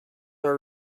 are